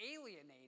alienated